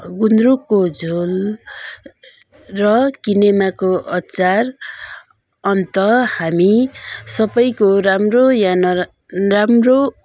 गुन्द्रुकको झोल र किनेमाको अचार अन्त हामी सबैको राम्रो वा नराम्रो